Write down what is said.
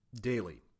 daily